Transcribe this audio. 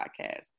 podcast